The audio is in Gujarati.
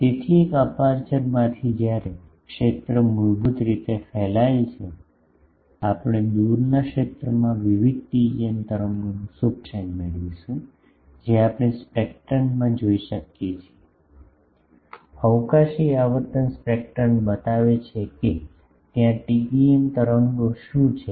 તેથી એક અપેરચ્યોરમાંથી જ્યારે ક્ષેત્ર મૂળભૂત રીતે ફેલાયેલ છે આપણે દૂરના ક્ષેત્રમાં વિવિધ TEM તરંગોનું સુપરપોઝિશન મેળવીશું જે આપણે સ્પેક્ટ્રમમાં જોઈ શકીએ છીએ અવકાશી આવર્તન સ્પેક્ટ્રમ બતાવે છે કે ત્યાં TEM તરંગો શું છે